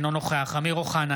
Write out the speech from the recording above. אינו נוכח אמיר אוחנה,